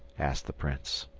asked the prince.